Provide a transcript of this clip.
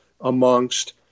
amongst